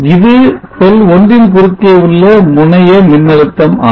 இது செல் 1 ன் குறுக்கே உள்ள முனையம் மின்னழுத்தம் ஆகும்